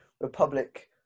Republic